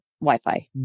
Wi-Fi